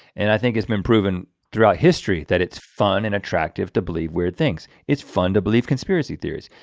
and i think it's been proven throughout history that it's fun and attractive to believe were things. it's fun to believe conspiracy theories.